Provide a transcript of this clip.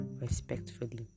respectfully